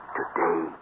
today